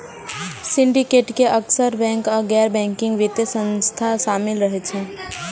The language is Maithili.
सिंडिकेट मे अक्सर बैंक आ गैर बैंकिंग वित्तीय संस्था शामिल रहै छै